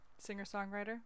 singer-songwriter